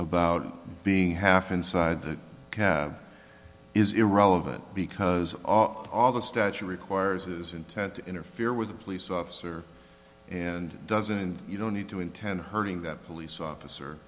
about being half inside that is irrelevant because are all the statute requires his intent to interfere with a police officer and doesn't and you don't need to intend hurting that police officer